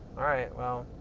all right, well.